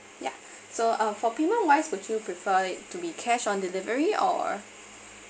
yeah so uh for payment wise would you prefer it to be cash on delivery or